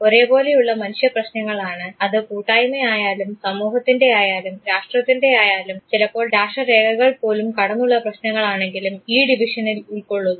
ഒരേപോലെയുള്ള മനുഷ്യ പ്രശ്നങ്ങളാണ് അത് കൂട്ടായ്മ ആയാലും സമൂഹത്തിൻറെ ആയാലും രാഷ്ട്രത്തിൻറെ ആയാലും ചിലപ്പോൾ രാഷ്ട്ര രേഖകൾ പോലും കടന്നുള്ള പ്രശ്നങ്ങൾ ആണെങ്കിലും ഈ ഡിവിഷനിൽ ഉൾക്കൊള്ളുന്നു